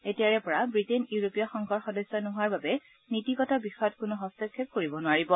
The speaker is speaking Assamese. এতিয়াৰে পৰা বৃটেইন ইউৰোপীয় সংঘৰ সদস্য নোহাৱাৰ বাবে নীতিগত বিষয়ত কোনো হস্তক্ষেপ কৰিব নোৱাৰিব